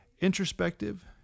introspective